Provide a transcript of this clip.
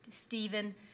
Stephen